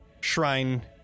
shrine